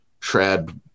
trad